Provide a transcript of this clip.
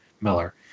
Miller